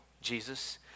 Jesus